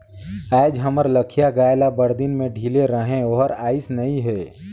आयज हमर लखिया गाय ल बड़दिन में ढिले रहें ओहर आइस नई हे